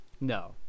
No